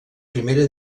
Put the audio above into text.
primera